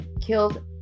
killed